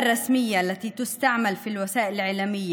השפה הערבית